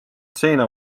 seina